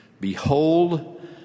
Behold